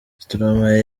stromae